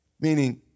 meaning